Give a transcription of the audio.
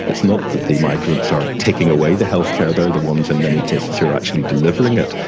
it's not that the migrants are taking away the healthcare, they are the ones in many cases who are actually delivering it.